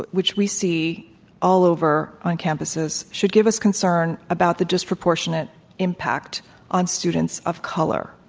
which we see all over on campuses, should give us concern about the disproportionate impact on students of color.